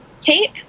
tape